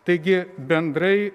taigi bendrai